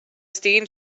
estiguin